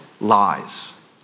lies